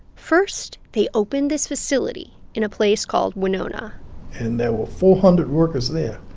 first, they opened this facility in a place called wenonah and there were four hundred workers there.